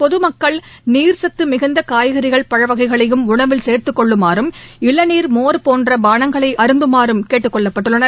பொதுமக்கள் நீர்ச்சத்தமிகுந்தகாய்கறிகள் பழவகைகளையும் உணவில் சேர்த்துக்கொள்ளுமாறும் இளநீர் மோர் போன்றபானங்களைஅருந்துமாறும் கேட்டுக்கொள்ளப்பட்டுள்ளனர்